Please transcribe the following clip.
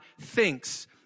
Thinks